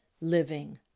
living